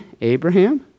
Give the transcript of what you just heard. Abraham